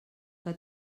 que